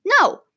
No